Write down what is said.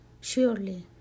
Surely